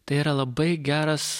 tai yra labai geras